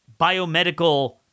biomedical